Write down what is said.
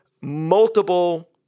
multiple